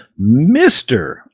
Mr